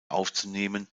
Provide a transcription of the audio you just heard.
aufzunehmen